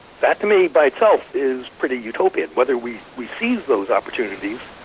that, to me, by itself is pretty utopian, whether we we seize those opportunities,